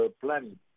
planning